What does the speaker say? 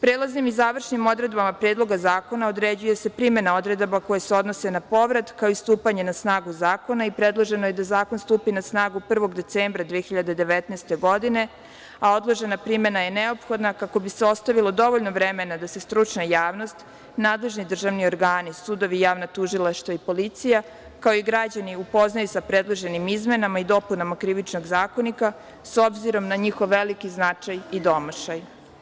Prelaznim i završnim odredbama Predloga zakona određuje se primena odredaba koje se odnose na povrat, kao i stupanje na snagu zakona i predloženo je da zakon stupi na snagu 1. decembra 2019. godine, a odložena primena je neophodna kako bi se ostavilo dovoljno vremena da se stručna javnost, nadležni državni organi, sudovi, javno tužilaštvo i policija, kao i građani, upoznaju sa predloženim izmenama i dopunama Krivičnog zakonika, s obzirom na njihov veliki značaj i domašaj.